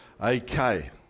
Okay